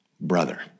brother